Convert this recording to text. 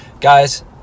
Guys